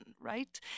right